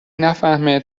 نفهمه